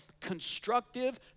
constructive